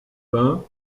pain